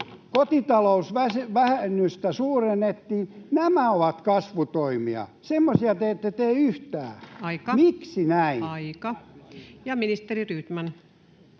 kotitalousvähennystä suurennettiin? Nämä ovat kasvutoimia. Semmoisia te ette tee yhtään. [Puhemies: Aika!] Miksi näin?